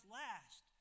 last